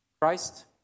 Christ